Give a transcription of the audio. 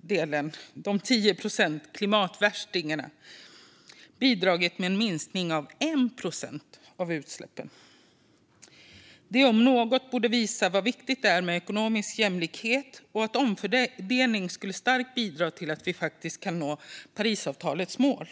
delen, de 10 procenten klimatvärstingar, har bidragit med en minskning av 1 procent av utsläppen. Detta om något borde visa hur viktigt det är med ekonomisk jämlikhet och att omfördelning starkt skulle bidra till att vi kan nå Parisavtalets mål.